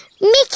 Mickey